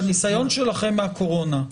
מהניסיון שלכם בקורונה.